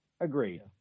Agreed